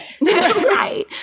Right